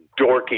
dorky